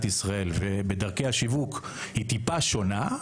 ישראל ובדרכי השיווק היא טיפה שונה,